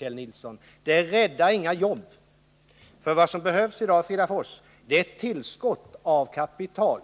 Vad som i dag behövs i Fridafors är ett tillskott av kapital.